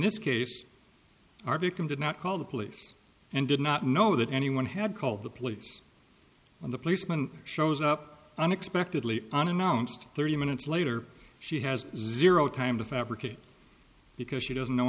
this case our victim did not call the police and did not know that anyone had called the police on the policeman shows up unexpectedly unannounced thirty minutes later she has zero time to fabricate because she doesn't know